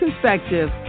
perspective